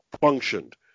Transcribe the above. functioned